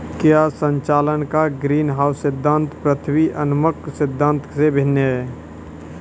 क्या संचालन का ग्रीनहाउस सिद्धांत पृथ्वी उन्मुख सिद्धांत से भिन्न है?